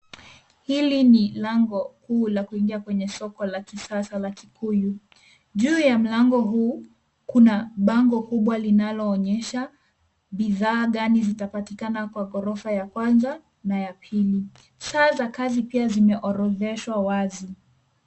Hili ni lango kuu la kuingia kwenye soko la kisasa la Kikuyu. Juu ya mlango huu kuna bango kubwa linaloonyesha bidhaa gani zitapatikana kwa ghorofa ya kwanza na ya pili. Saa za kazi pia zimeorodheshwa wazi.